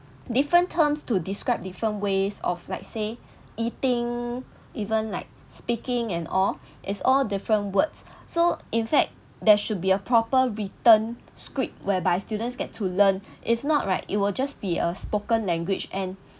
different terms to describe different ways of like say eating even like speaking and all it's all different words so in fact there should be a proper written script whereby students get to learn if not right it will just be a spoken language and